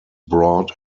broad